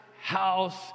house